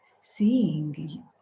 seeing